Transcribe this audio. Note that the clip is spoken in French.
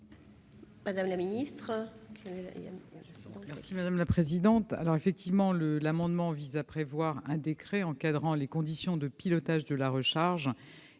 Mme la ministre.